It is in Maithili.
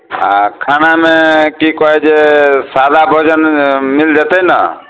आ खानामे की कहै जे सादा भोजन मिल जेतै ने